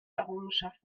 errungenschaft